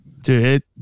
Dude